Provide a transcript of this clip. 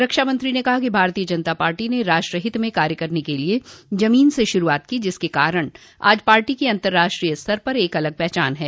रक्षामंत्री ने कहा कि भारतीय जनता पार्टी ने राष्ट्रहित में कार्य करने के लिए जमीन से शुरूआत की जिसके कारण आज पार्टी की अन्तर्राष्ट्रीय स्तर पर एक अलग पहचान है